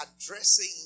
addressing